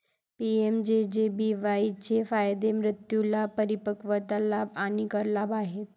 PMJJBY चे फायदे मृत्यू लाभ, परिपक्वता लाभ आणि कर लाभ आहेत